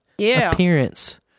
appearance